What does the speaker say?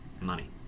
Money